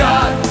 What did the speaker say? God